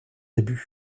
débuts